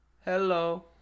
Hello